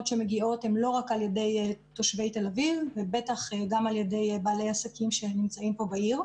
שמגיעות הן לא רק מתושבי תל אביב אלא גם מבעלי עסקים שנמצאים בעיר.